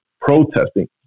protesting